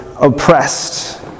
oppressed